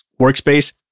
workspace